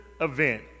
event